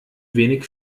wenig